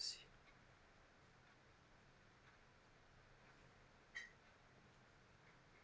see